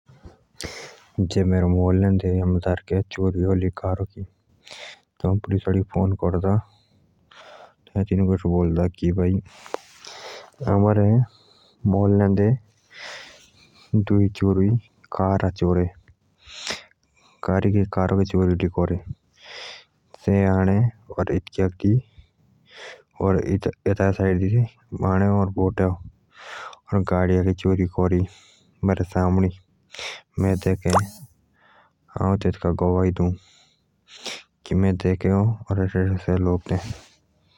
जे मेरे मोलेन्दे दारके चोरी अले कारा के तब आऊ पुलिस वाडिक फोन करदा कि दुइ चोरूइ कार राखे चोरे एतुकिया आअणे से मेरे सामणी चोरे में देखें आऊ गवाही देऊ।